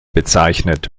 bezeichnet